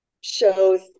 shows